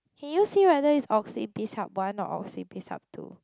can you see whether it's Oxy Bizhub One or Oxy Bizhub Two